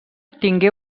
tingué